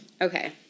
Okay